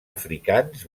africans